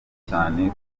cyane